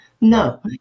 No